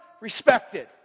Respected